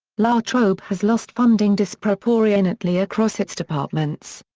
la trobe has lost funding disproporionately across its departments.